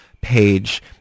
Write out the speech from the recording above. page